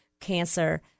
cancer